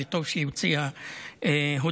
וטוב שהיא הוציאה הודעה.